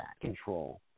Control